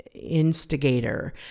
instigator